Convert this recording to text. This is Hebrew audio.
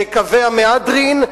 וקווי המהדרין,